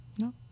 No